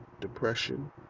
depression